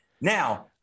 Now